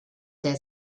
their